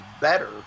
better